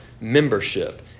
membership